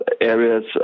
areas